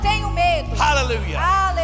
hallelujah